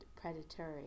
predatory